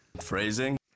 Phrasing